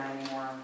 anymore